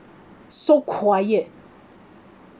so quiet